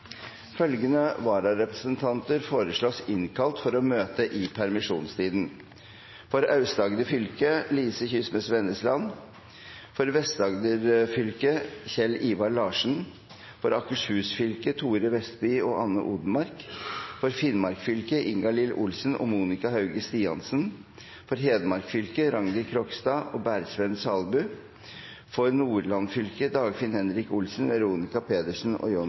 Følgende vararepresentanter innkalles for å møte i permisjonstiden: For Aust-Agder fylke: Line Kysnes Vennesland For Vest-Agder fylke: Kjell Ivar Larsen For Akershus fylke: Thore Vestby og Anne Odenmarck For Finnmark fylke: Ingalill Olsen og Monica Hauge Stiansen For Hedmark fylke: Rangdi Krogstad og Bersvend Salbu For Nordland fylke: Dagfinn Henrik Olsen, Veronica Pedersen og